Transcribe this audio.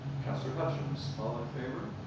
councillor hutchins. all in favour?